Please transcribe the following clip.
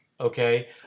okay